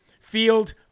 Field